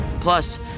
Plus